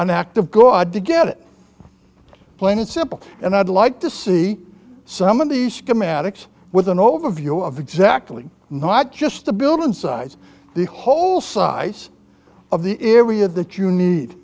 an act of god to get it plain and simple and i'd like to see some of the schematics with an overview of exactly not just the buildings size the whole size of the area that you need